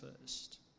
first